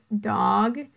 dog